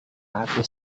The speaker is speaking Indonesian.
aku